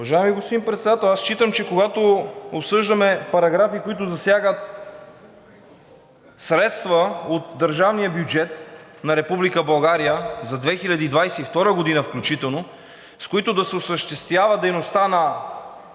Уважаеми господин Председател, аз считам, че когато обсъждаме параграфи, които засягат средства от държавния бюджет на Република България за 2022 г. включително, с които да се осъществява дейността на